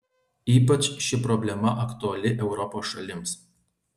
ypač ši problema aktuali europos šalims